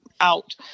out